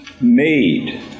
Made